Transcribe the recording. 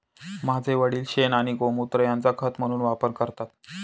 माझे वडील शेण आणि गोमुत्र यांचा खत म्हणून वापर करतात